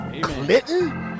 Clinton